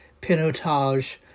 Pinotage